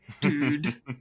dude